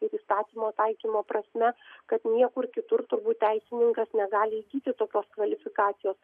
ir įstatymo taikymo prasme kad niekur kitur turbūt teisininkas negali įgyti tokios kvalifikacijos